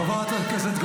חבר הכנסת שטרן.